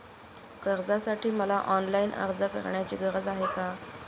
कर्जासाठी मला ऑनलाईन अर्ज करण्याची गरज आहे का?